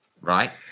right